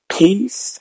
peace